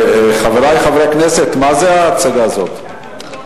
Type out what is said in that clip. חברי חברי הכנסת, מה זה ההצגה הזאת?